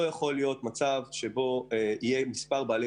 לא יכול להיות מצב שבו יהיו מספר בעלי